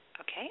Okay